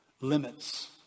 Limits